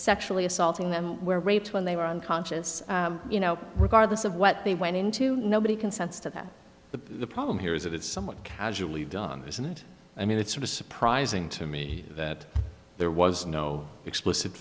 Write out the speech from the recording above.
sexually assaulting them were raped when they were unconscious you know regardless of what they went into nobody consents to that but the problem here is that it's somewhat casually dongas and i mean it's sort of surprising to me that there was no explicit